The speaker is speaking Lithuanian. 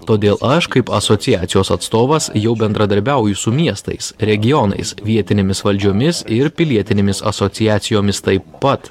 todėl aš kaip asociacijos atstovas jau bendradarbiauju su miestais regionais vietinėmis valdžiomis ir pilietinėmis asociacijomis taip pat